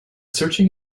searching